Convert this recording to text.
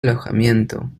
alojamiento